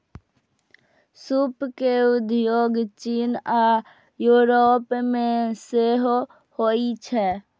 सूप के उपयोग चीन आ यूरोप मे सेहो होइ छै